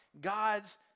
God's